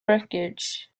wreckage